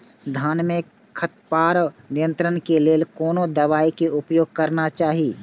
धान में खरपतवार नियंत्रण के लेल कोनो दवाई के उपयोग करना चाही?